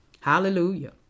Hallelujah